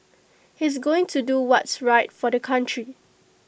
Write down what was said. he's going to do what's right for the country